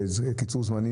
קיצור זמנים,